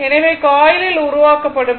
எனவே காயிலில் உருவாக்கப்படும் ஈ